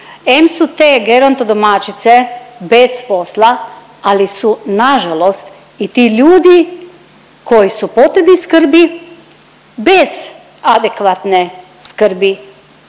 Em su te gerontodomaćice bez posla ali su nažalost i ti ljudi koji su u potrebi skrbi bez adekvatne skrbi,